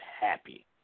happy